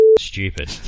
stupid